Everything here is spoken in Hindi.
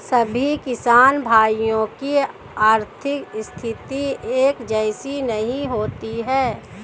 सभी किसान भाइयों की आर्थिक स्थिति एक जैसी नहीं होती है